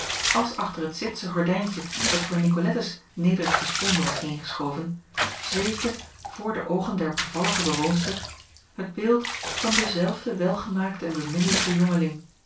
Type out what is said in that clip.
als achter het citsche gordijntje dat voor nicolettes nederige sponde was heengeschoven zweefde voor de oogen der bevallige bewoonster het beeld van denzelfden welgemaakten en beminnelijken